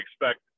expect